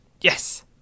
Yes